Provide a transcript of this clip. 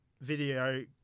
video